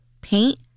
paint